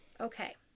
Okay